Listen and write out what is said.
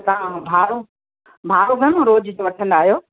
त तव्हां भाड़ो भाड़ो घणो रोज़ जो वठंदा आहियो